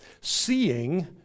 seeing